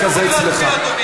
היה גם מקרה כזה אצלי בשבוע